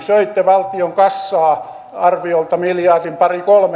söitte valtion kassaa arviolta miljardin pari kolme